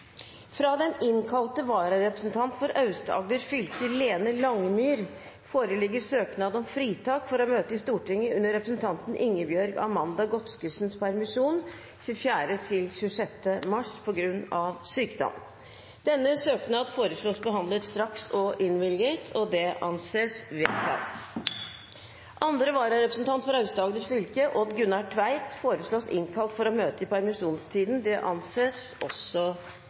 Fra den innkalte vararepresentant for Aust-Agder fylke, Lene Langemyr, foreligger søknad om fritak for å møte i Stortinget under representanten Ingebjørg Amanda Godskesens permisjon 24.–26. mars på grunn av sykdom. Etter forslag fra presidenten ble enstemmig besluttet: Søknaden behandles straks og innvilges. Andre vararepresentant for Aust-Agder fylke, Odd Gunnar Tveit, innkalles for å møte i permisjonstiden. Odd Gunnar Tveit er til stede og vil ta sete. Det